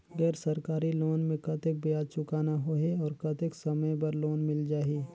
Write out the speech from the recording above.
गैर सरकारी लोन मे कतेक ब्याज चुकाना होही और कतेक समय बर लोन मिल जाहि?